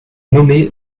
nommé